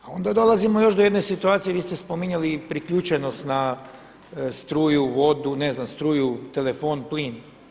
A onda dolazimo do jedne situacije gdje ste spominjali i priključenost na struju, vodu, ne znam, struju, telefon, plin.